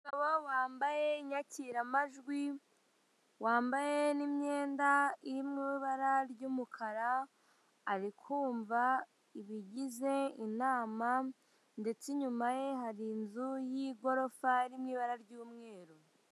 Umugabo wambaye inyakiramajwi wambaye n'imyenda iri mu ibara ry'umukara arikumva ibigize inama ndetse inyuma ye hari inzu y'igorofa iri mu ibara ry'umweru.